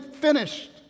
finished